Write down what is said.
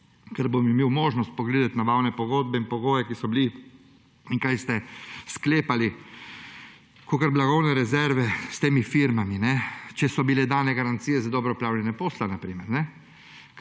ker bom imel možnost pogledati nabavne pogodbe in pogoje, ki so bili, in kaj ste sklepali kot blagovne rezerve s temi firmami, če so bile dane garancije za dobro opravljene posle, na primer.